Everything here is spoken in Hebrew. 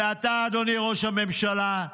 ואתה, אדוני ראש הממשלה,